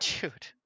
Dude